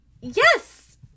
yes